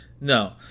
No